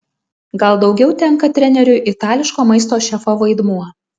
gal daugiau tenka treneriui itališko maisto šefo vaidmuo